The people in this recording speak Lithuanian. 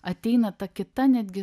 ateina ta kita netgi